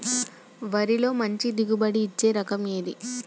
వరిలో మంచి దిగుబడి ఇచ్చే రకం ఏది?